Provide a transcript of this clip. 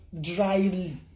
dryly